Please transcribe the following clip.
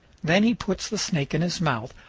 then he puts the snake in his mouth,